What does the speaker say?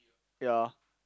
ya